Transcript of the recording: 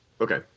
Okay